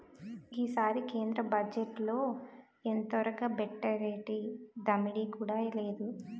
ఈసారి కేంద్ర బజ్జెట్లో ఎంతొరగబెట్టేరేటి దమ్మిడీ కూడా లేదు